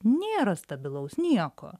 nėra stabilaus nieko